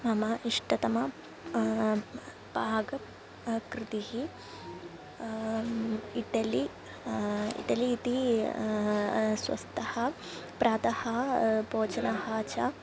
मम इष्टतमं पाकं कृतिः इटलि इटलि इति स्वस्तः प्रातः भोजनं च